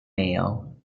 mayo